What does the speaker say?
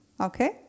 Okay